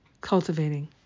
cultivating